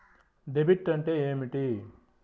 Debit అంటే ఏమిటి?